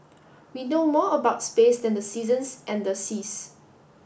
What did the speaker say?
we know more about space than the seasons and the seas